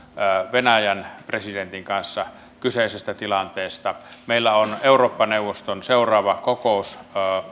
venäjän presidentin kanssa kyseisestä tilanteesta meillä on eurooppa neuvoston seuraavan kokouksen